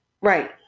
Right